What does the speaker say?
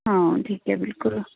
ਹਾਂ ਠੀਕ ਹੈ ਬਿਲਕੁਲ